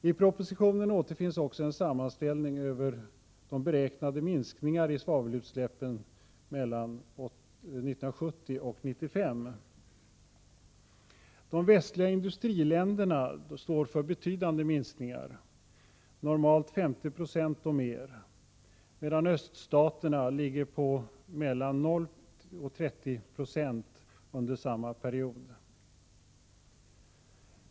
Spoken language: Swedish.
I propositionen återfinns också en sammanställning över beräknade minskningar i svavelutsläppen mellan 1970 och 1995. De västliga industriländerna står för betydande minskningar, normalt 50 26 och mer, medan öststaterna ligger på mellan 0 och 30 26 under samma period.